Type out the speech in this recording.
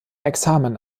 examen